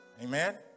Amen